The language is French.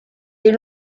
des